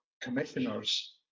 commissioners